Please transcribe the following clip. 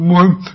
one